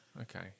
Okay